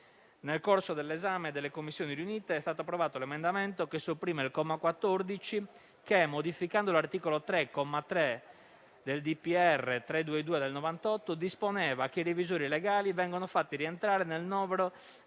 Nel corso dell'esame delle Commissioni riunite è stato approvato l'emendamento che sopprime il comma 14 che, modificando l'articolo 3, comma 3, del DPR n. 322 del 1998, dispone che i revisori legali vengano fatti rientrare nel novero